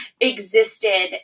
existed